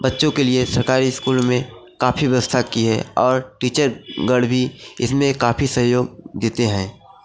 बच्चों के लिए सरकारी स्कूल में काफ़ी व्यवस्था की है और टीचर गण भी इसमें काफ़ी सहयोग देते हैं